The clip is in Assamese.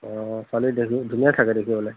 অঁ ছোৱালী দেখিলোঁ ধুনীয়া চাগে দেখিবলৈ